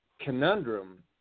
conundrum